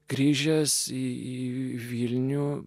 grįžęs į vilnių